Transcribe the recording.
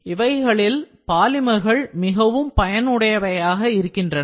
இவைகளில் பாலிமர்கள் மிகவும் பயன் உடையவையாக இருக்கின்றன